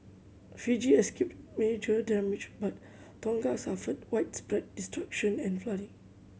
Fiji escaped major damage but Tonga suffered widespread destruction and flooding